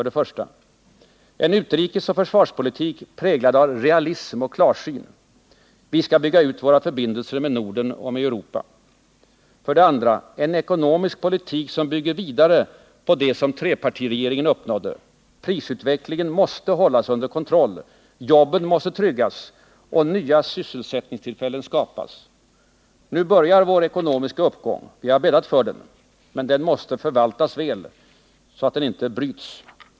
Vi måste föra en utrikesoch försvarspolitik präglad av realism och klarsyn. Vi måste bygga ut våra förbindelser med Norden och med Europa. 2. Vi måste föra en ekonomisk politik som bygger vidare på det trepartiregeringen uppnådde. Prisutvecklingen måste hållas under kontroll. Jobben måste tryggas och nya sysselsättningstillfällen skapas. Nu börjar vår ekonomiska uppgång. Vi har bäddat för den, men nu måste den förvaltas väl så att den inte bryts.